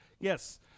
Yes